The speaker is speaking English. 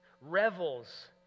revels